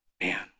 Man